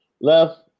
left